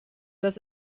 das